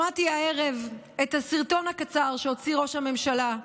שמעתי הערב את הסרטון הקצר שהוציא ראש הממשלה,